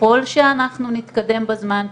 וככל שאנחנו נתקדם בזמן,